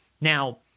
Now